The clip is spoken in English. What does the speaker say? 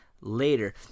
later